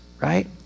right